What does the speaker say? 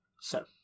So